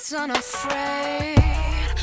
unafraid